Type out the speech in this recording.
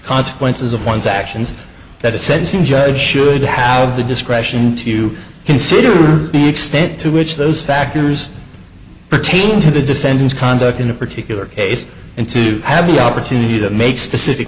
consequences of one's actions that a sense in judge should have the discretion to consider the extent to which those factors pertaining to the defendant's conduct in a particular case and to have the opportunity to make specific